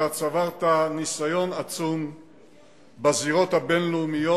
אתה צברת ניסיון עצום בזירות הבין-לאומיות,